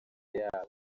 yabo